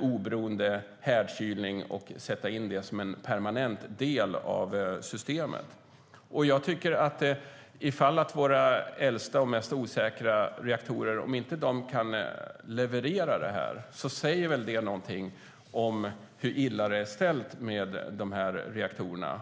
oberoende härdkylning och sätta in det som en permanent del av systemet. Ifall man inte kan leverera detta för våra äldsta och osäkraste reaktorer säger väl det någonting om hur illa det är ställt med de reaktorerna.